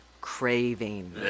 craving